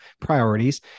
priorities